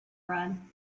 run